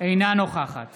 אינה נוכחת